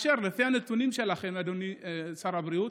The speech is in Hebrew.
לפי הנתונים שלכם, אדוני שר הבריאות,